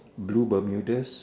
blue Bermudas